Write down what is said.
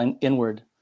inward